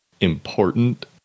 important